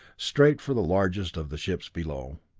straight for the largest of the ships below.